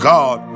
God